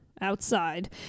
Outside